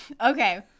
Okay